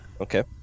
Okay